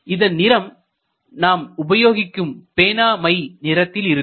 இதன் நிறம் நாம் உபயோகப்படுத்தும் பேனா மை நிறத்திலிருக்கும்